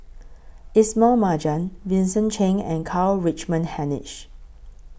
Ismail Marjan Vincent Cheng and Karl Rich men Hanitsch